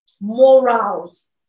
morals